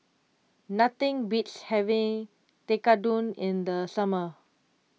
nothing beats having Tekkadon in the summer